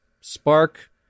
spark